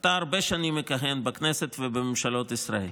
אתה הרבה שנים מכהן בכנסת ובממשלות ישראל.